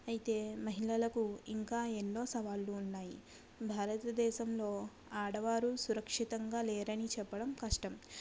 అయితే మహిళలకు ఇంకా ఎన్నో సవాళ్ళు ఉన్నాయి భారతదేశంలో ఆడవారు సురక్షితంగా లేరని చెప్పడం కష్టం